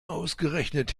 ausgerechnet